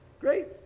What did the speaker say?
Great